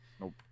Nope